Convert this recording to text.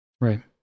Right